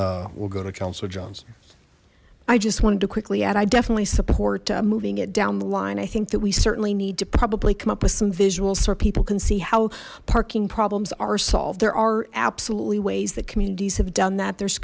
johnson i just wanted to quickly and i definitely support moving it down the line i think that we certainly need to probably come up with some visuals so people can see how parking problems are solved there are absolutely ways that communities have done that there's